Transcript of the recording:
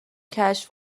کشف